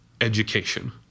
education